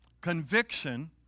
conviction